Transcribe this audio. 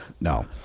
no